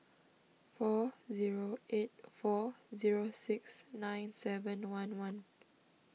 four zero eight four zero six nine seven one one